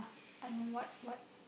I don't know what what